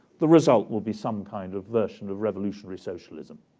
the result will be some kind of version of revolutionary socialism.